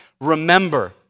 remember